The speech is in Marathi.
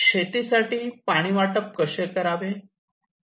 शेती साठी पाणी वाटप कसे करावे